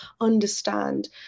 understand